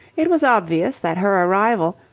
it was obvious that her arrival,